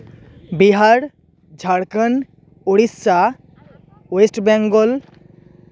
Bihar Jharkhand Odisha west Bengal